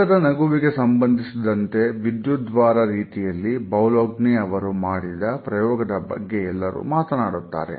ಮುಖದ ನಗುವಿಗೆ ಸಂಬಂಧಿಸಿದಂತೆ ವಿದ್ಯುದ್ವಾರ ರೀತಿಯಲ್ಲಿ ಬೌಲೋಗ್ನೆ ಅವರು ಮಾಡಿದ ಪ್ರಯೋಗದ ಬಗ್ಗೆ ಎಲ್ಲರೂ ಮಾತನಾಡುತ್ತಾರೆ